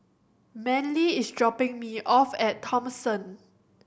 Manly is dropping me off at Thomson